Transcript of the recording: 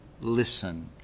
listen